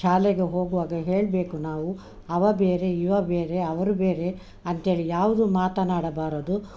ಶಾಲೆಗೆ ಹೋಗುವಾಗ ಹೇಳಬೇಕು ನಾವು ಅವ ಬೇರೆ ಇವ ಬೇರೆ ಅವರು ಬೇರೆ ಅಂತೇಳಿ ಯಾವುದೂ ಮಾತನಾಡಬಾರದು